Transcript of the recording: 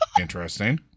interesting